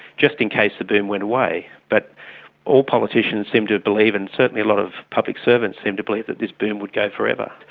just in case the boom went away. but all politicians seemed to believe and certainly a lot of public servants seemed to believe that this boom would go forever.